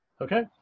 Okay